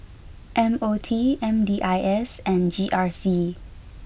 M O T M D I S and G R C